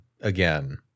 again